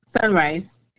Sunrise